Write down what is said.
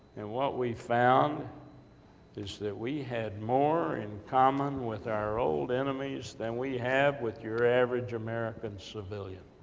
and what we found is, that we had more in common with our old enemies, than we have with your average american civilian.